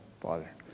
Father